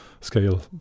scale